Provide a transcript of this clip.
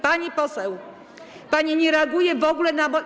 Pani poseł, pani nie reaguje w ogóle na.